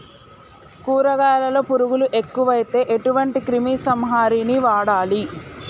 కూరగాయలలో పురుగులు ఎక్కువైతే ఎటువంటి క్రిమి సంహారిణి వాడాలి?